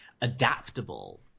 adaptable